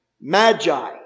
magi